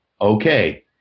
okay